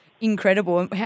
incredible